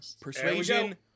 Persuasion